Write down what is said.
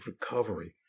recovery